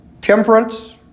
temperance